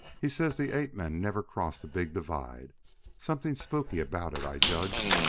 he says the ape-men never cross the big divide something spooky about it i judged.